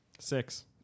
Six